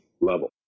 level